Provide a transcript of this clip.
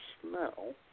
smell